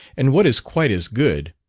and what is quite as good,